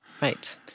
Right